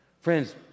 Friends